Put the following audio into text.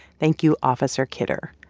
thank you, officer kidder.